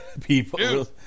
people